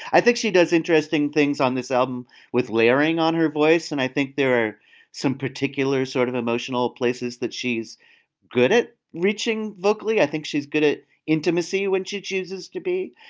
i think she does interesting things on this album with layering on her voice and i think there are some particular sort of emotional places that she's good at reaching vocally i think she's good at intimacy when she chooses to be.